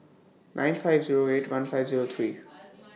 nine five Zero eight one five Zero three